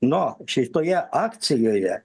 nu šitoje akcijoje